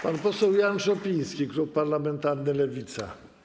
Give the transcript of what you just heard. Pan poseł Jan Szopiński, klub parlamentarny Lewica.